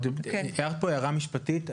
הערת פה הערה משפטית.